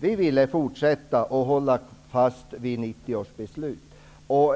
Vi ville fortsätta att hålla fast vid 1990 års beslut.